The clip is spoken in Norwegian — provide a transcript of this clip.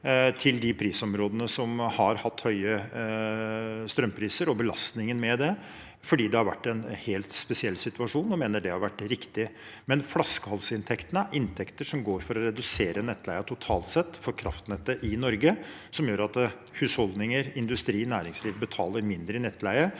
til de prisområdene som har hatt høye strømpriser og belastningen med det, fordi det har vært en helt spesiell situasjon, og vi mener det har vært riktig. Men flaskehalsinntektene er inntekter som går til å redusere nettleien totalt sett fra kraftnettet i Norge, som gjør at husholdninger, industri og næringsliv betaler mindre i nettleie